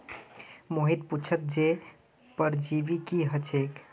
मोहित पुछले जे परजीवी की ह छेक